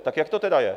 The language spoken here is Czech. Tak jak to teda je?